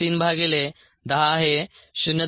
3 भागिले 10 हे 0